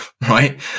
right